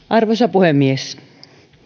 arvoisa puhemies